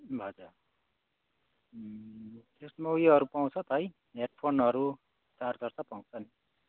हजुर त्यसमा उयोहरू पाउँछ त है हेडफोनहरू चार्जर सब पाउँछ नि